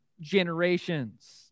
generations